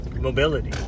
mobility